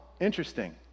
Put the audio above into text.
interesting